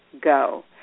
go